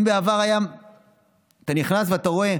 אם בעבר אתה נכנס ואתה רואה